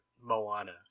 Moana